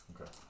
Okay